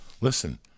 Listen